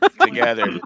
together